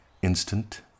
Instant